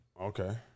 Okay